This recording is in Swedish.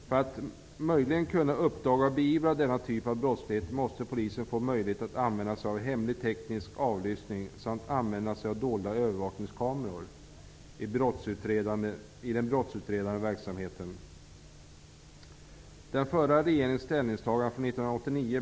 För att möjligen kunna uppdaga och beivra denna typ av brottslighet måste polisen få möjlighet att använda sig av hemlig teknisk avlyssning samt dolda övervakningskameror i den brottsutredande verksamheten.